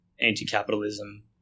Anti-capitalism